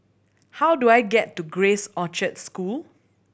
how do I get to Grace Orchard School